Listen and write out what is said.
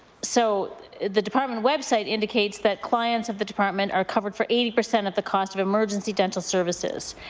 so the department website indicates that clients of the department are covered for eighty percent of the cost of emergency dental services.